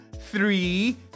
Three